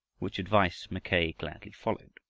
which advice mackay gladly followed.